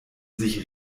sich